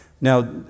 Now